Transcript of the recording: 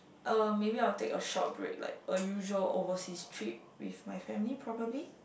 uh maybe I'll take a short break like a usual overseas trip with my family probably